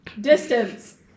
distance